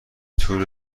طول